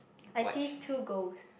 I see two ghosts